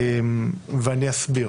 ואני אסביר.